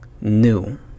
new